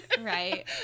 right